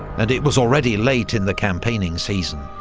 and it was already late in the campaigning season.